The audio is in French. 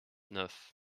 neuf